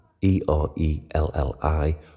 E-R-E-L-L-I